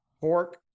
pork